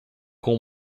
com